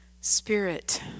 Spirit